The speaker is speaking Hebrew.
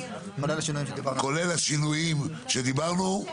כולל השינויים שדיברנו.